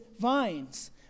vines